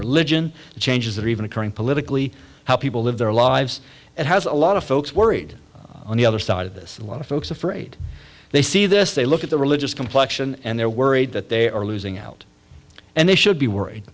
religion changes that are even occurring politically how people live their lives it has a lot of folks worried on the other side of this a lot of folks afraid they see this they look at the religious complection and they're worried that they are losing out and they should be worried